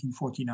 1949